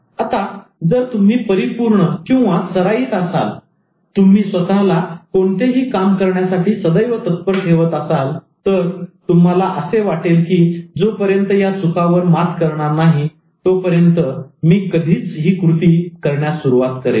आता जर तुम्ही परिपूर्ण सराईत असाल आणि तुम्ही स्वतःला कोणतेही काम करण्यासाठी सदैव तत्पर ठेवत असाल तर तुम्हाला असे वाटेल की जोपर्यंत या चुकांवर मात करणार नाही तोपर्यंत मी कधीच ही कृती करण्यास सुरुवात करेन